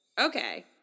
Okay